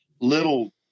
little